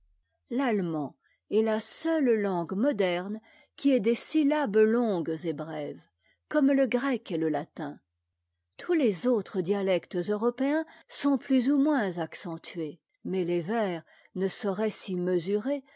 l'allemand est la seule langue moderne qui ait des syllabes longues et brèves comme le grec et le latin tous les autres dialectes européens sont plus ou moins accentués mais les vers ne sauraient s'y mesurer